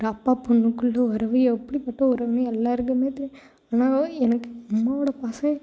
இந்த அப்பா பொண்ணுக்குள்ளே உறவு எப்டிபட்ட உறவுனு எல்லாலோருக்குமே தெரியும் ஆனாலும் எனக்கு எங்கள் அம்மாவோட பாசம்